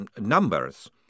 numbers